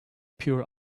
pure